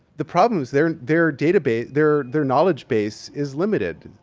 the problem is their their database, their their knowledge base is limited.